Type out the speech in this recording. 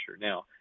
Now